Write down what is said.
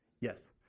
yes